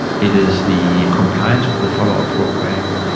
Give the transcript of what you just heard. it is the compliance with the follow-up program,